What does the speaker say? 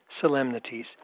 solemnities